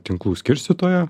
tinklų skirstytoją